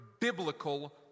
biblical